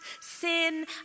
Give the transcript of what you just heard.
sin